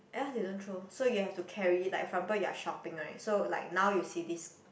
ya they don't throw so you have to carry like for example you are shopping right so like now you see this